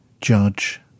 judge